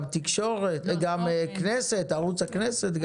גם ערוץ הכנסת.